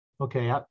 Okay